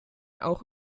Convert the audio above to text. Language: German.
auch